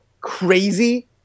crazy